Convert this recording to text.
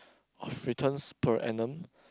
of returns per annum